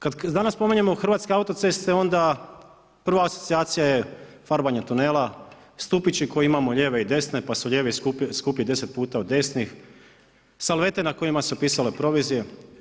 Kada danas spominjemo hrvatske autoceste, onda prva asocijacija je farbanje tunela, stupići koje imamo lijeve i desne, pa su lijevi skuplji 10 puta od desnih, salvete na kojima su pisale provizije.